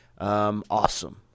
awesome